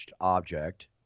object